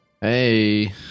Hey